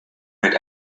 mit